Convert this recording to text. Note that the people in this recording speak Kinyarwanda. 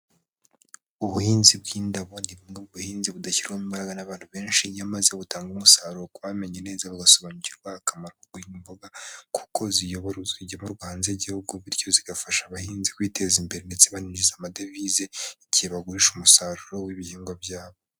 Ubuhinzi bw'indabo ni bumwe mu buhinzi budashyirwamo imbaraga n'abantu benshi. Nyamaze butanga umusaruro kubamenye neza, bagasobanukirwa akamaro imboga kuko ziyobora zijya hanze y'igihugu bityo zigafasha abahinzi kwiteza imbere ndetse bananijiza amadevize igihe bagurisha umusaruro w'ibihingwa byabo.